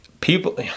people